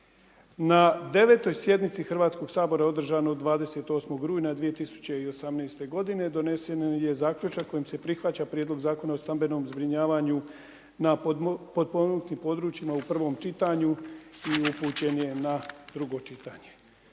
Na 9. sjednici Hrvatskog sabora održane 28. rujna 2018. g. donesen je zaključak kojim se prihvaća prijedlog Zakona o stambenom zbrinjavanju na potpomognutim područjima u prvom čitanju i upućen je na drugo čitanje.